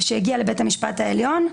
שהגיעה לבית המשפט העליון.